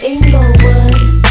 Inglewood